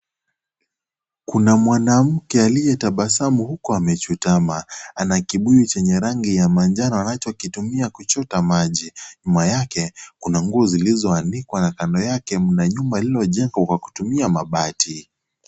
Kuna mwanamke aliyetabasamu huku amechutama ana kibuyu chenye rangi ya manjano anacho kitumia kuchota maji nyuma yake kuna nguo zilizoanikwa na kando yake mna nyumba lililojengwa kwa kutumia mabati.